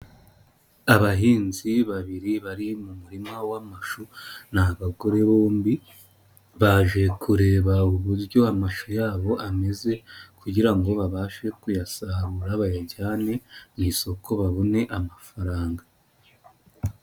Abahinzi babiri bari mu murima w'amashu, ni abagore bombi, baje kureba uburyo amashushoyo yabo ameze kugira ngo babashe kuyasarura, bayajyane mu isoko babone amafaranga.